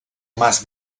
mas